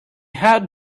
had